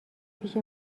پیش